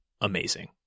amazing